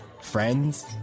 friends